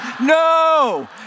no